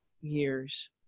years